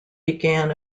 began